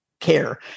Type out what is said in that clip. care